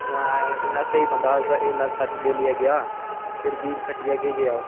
माए इन्ना स्हेई बंदा हा इन्ना सच बोल्लियै गेआ फिर बी खट्टियै केह् गेआ ओह्